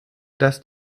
dass